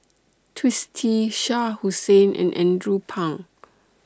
Twisstii Shah Hussain and Andrew Phang